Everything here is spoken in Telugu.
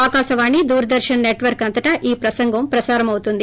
ఆకాశవాణి దూరదర్పన్ నెట్వర్క్ అంతటా ఈ ప్రసంగం ప్రసారమవుతుంది